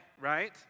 right